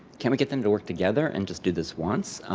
can't we get them to work together and just do this once?